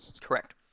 Correct